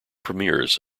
premiers